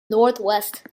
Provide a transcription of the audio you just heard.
northwest